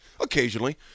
occasionally